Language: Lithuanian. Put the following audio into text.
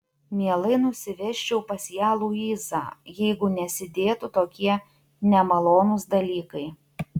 mielai nusivežčiau pas ją luizą jeigu nesidėtų tokie nemalonūs dalykai